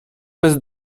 bez